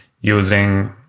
using